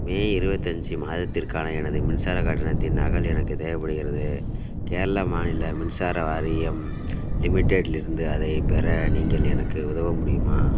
மே இருபத்தஞ்சி மாதத்திற்கான எனது மின்சார கட்டணத்தின் நகல் எனக்கு தேவைப்படுகிறது கேரள மாநில மின்சார வாரியம் லிமிடெட் இலிருந்து அதைப் பெற நீங்கள் எனக்கு உதவ முடியுமா